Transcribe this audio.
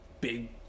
big